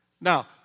Now